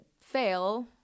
fail